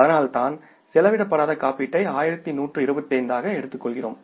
அதனால்தான் செலவிடப்படாத காப்பீட்டை 1125 ஆக எடுத்துக்கொள்கிறோம்